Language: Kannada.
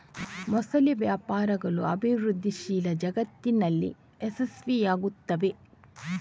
ಮೊಸಳೆ ವ್ಯಾಪಾರಗಳು ಅಭಿವೃದ್ಧಿಶೀಲ ಜಗತ್ತಿನಲ್ಲಿ ಯಶಸ್ವಿಯಾಗುತ್ತವೆ